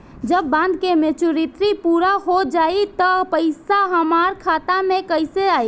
जब बॉन्ड के मेचूरिटि पूरा हो जायी त पईसा हमरा खाता मे कैसे आई?